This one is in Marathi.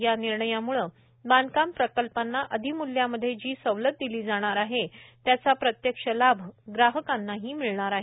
या निर्णयामुळे बांधकाम प्रकल्पांना अधिमूल्यामध्ये जी सवलत दिली जाणार आहे त्याचा प्रत्यक्ष लाभ ग्राहकांनाही मिळणार आहे